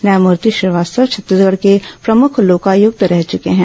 न्यायमूर्ति श्रीवास्तव छत्तीसगढ़ के प्रमुख लोकायुक्त रह चुके हैं